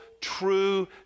true